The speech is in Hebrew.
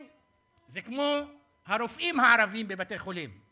זה כמו הרופאים הערבים בבתי-חולים.